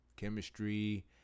chemistry